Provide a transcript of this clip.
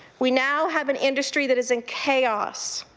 we now have an industry that is in chaos.